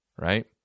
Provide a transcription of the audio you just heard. Right